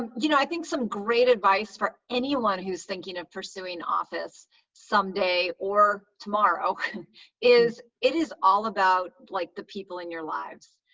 you know i think some great advice for anyone who's thinking of pursuing office someday or tomorrow is it is all about like the people in your life.